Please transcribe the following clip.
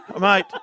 Mate